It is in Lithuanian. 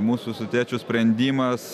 mūsų su tėčiu sprendimas